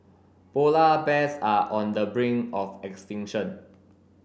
polar bears are on the brink of extinction